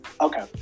Okay